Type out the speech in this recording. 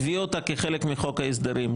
הביאו אותה כחלק מחוק ההסדרים,